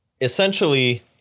essentially